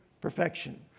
perfection